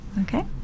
Okay